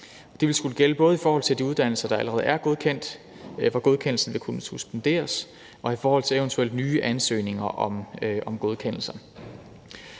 Det vil skulle gælde både i forhold til de uddannelser, der allerede er godkendt, hvor godkendelsen vil kunne suspenderes, og i forhold til eventuelle nye ansøgninger om godkendelse.